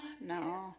No